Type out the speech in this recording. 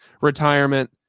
retirement